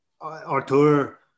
Artur